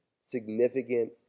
significant